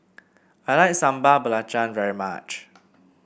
I like Sambal Belacan very much